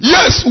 Yes